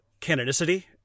canonicity